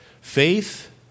Faith